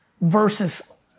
versus